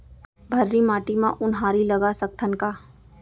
भर्री माटी म उनहारी लगा सकथन का?